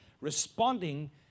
responding